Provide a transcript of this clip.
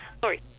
sorry